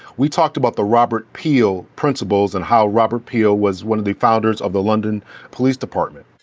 we talked about the robert peel principles and how robert peel was one of the founders of the london police department.